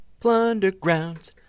Plundergrounds